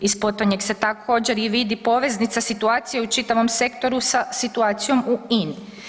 Iz potonjeg se također i vidi poveznica situacije u čitavom sektoru sa situacijom u INI.